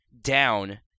down